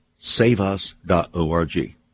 saveus.org